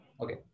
Okay